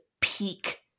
peak